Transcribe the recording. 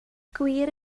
gwir